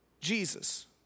Jesus